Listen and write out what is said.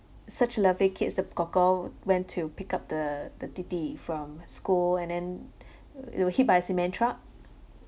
such lovely kids the kor kor went to pick up the the 弟弟 from school and then they were hit by a cement truck